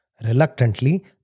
Reluctantly